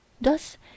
Thus